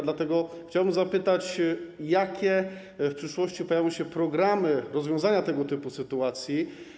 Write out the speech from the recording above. Dlatego chciałbym zapytać: Jakie w przyszłości pojawią się programy rozwiązania tego typu sytuacji?